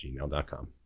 gmail.com